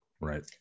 Right